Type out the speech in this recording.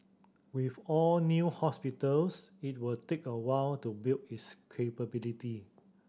with all new hospitals it will take a while to build its capability